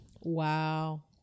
Wow